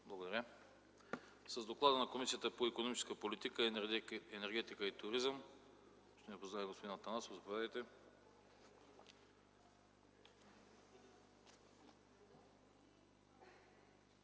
АНАСТАСОВ: С доклада на Комисията по икономическа политика, енергетика и туризъм ще ни запознае господин Атанасов. Заповядайте.